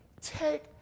take